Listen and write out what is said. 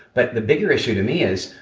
but the bigger issue to me is,